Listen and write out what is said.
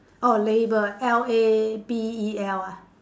oh label L A B E L ah